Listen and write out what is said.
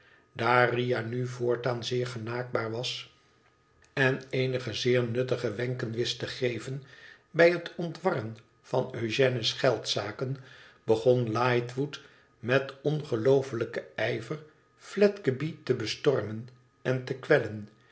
riah nu voortaan zeer genaakbaar was en eenige zeer nuttige wenken wist te geven bij het ontwarren van eugènes geldzaken begon lightwood met ongeloofelijken ijver fledgeby te bestormen en te kwellen